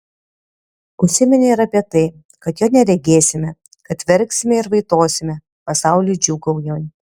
užsiminė ir apie tai kad jo neregėsime kad verksime ir vaitosime pasauliui džiūgaujant